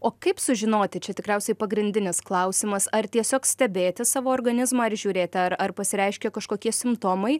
o kaip sužinoti čia tikriausiai pagrindinis klausimas ar tiesiog stebėti savo organizmą ir žiūrėti ar ar pasireiškia kažkokie simptomai